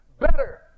Better